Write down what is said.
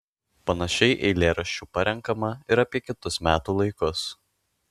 panašiai eilėraščių parenkama ir apie kitus metų laikus